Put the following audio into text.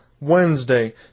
Wednesday